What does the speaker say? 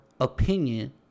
opinion